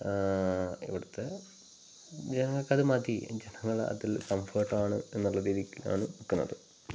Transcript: ഇവിടുത്തെ ജനങ്ങൾക്ക് അത് മതി ജനങ്ങൾ അതിൽ കംഫേർട്ട് ആണ് എന്നുള്ള രീതിയ്ക്കാണ് നിൽക്കുന്നത്